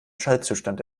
schaltzustand